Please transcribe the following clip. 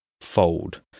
fold